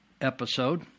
episode